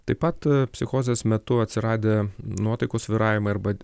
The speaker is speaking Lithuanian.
taip pat psichozės metu atsiradę nuotaikos svyravimai arba